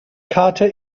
karte